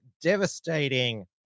devastating